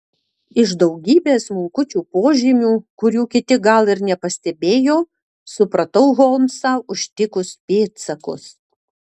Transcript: iš daugybės smulkučių požymių kurių kiti gal ir nepastebėjo supratau holmsą užtikus pėdsakus